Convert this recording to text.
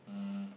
um